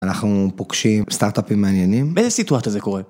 ‫אנחנו פוגשים סטארט-אפים מעניינים. ‫-באיזה סיטואציה זה קורה?